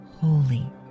holy